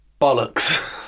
bollocks